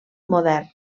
modern